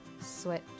Switch